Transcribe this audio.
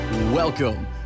Welcome